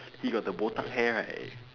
he got the botak hair right